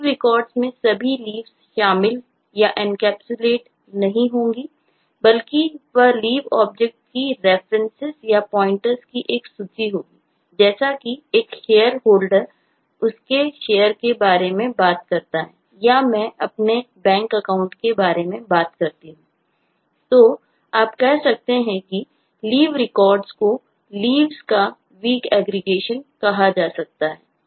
Leave Records में सभी Leaves शामिल या एनकैप्सूलेंट नहीं होंगे बल्कि यह Leave ऑब्जेक्ट की रेफरेंसेस कहा जा सकता है